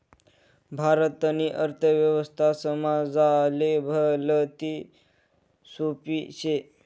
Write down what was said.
भारतनी अर्थव्यवस्था समजाले भलती सोपी शे